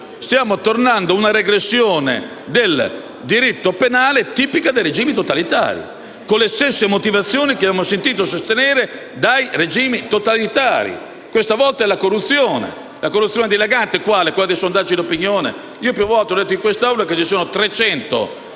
Stiamo tornando ad una regressione del diritto penale tipica dei regimi totalitari, con le stesse motivazioni che abbiamo sentito sostenere nei regimi totalitari. Questa volta è la corruzione dilagante. Quale? Quella dei sondaggi di opinione? Più volte ho detto in quest'Aula che ci sono 300 processi